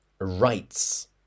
Rights